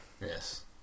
yes